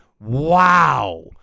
wow